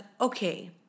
okay